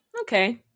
Okay